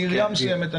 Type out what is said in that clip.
בעיריית מסוימת,